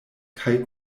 kaj